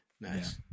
Nice